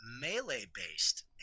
melee-based